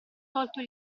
tolto